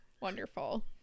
Wonderful